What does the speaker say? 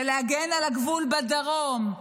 ולהגן על הגבול בדרום,